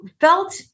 felt